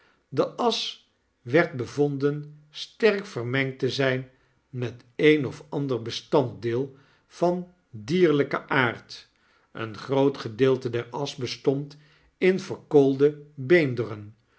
de asch werd bevonden sterk vermengd te zyn met een of ander bestanddeei van dierlyken aard een groot gedeelte der asch bestond in verkoolde beenderen